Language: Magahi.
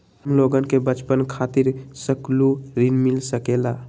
हमलोगन के बचवन खातीर सकलू ऋण मिल सकेला?